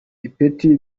ipeti